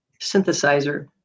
synthesizer